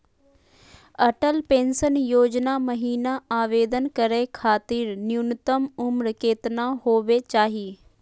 Atal pension योजना महिना आवेदन करै खातिर न्युनतम उम्र केतना होवे चाही?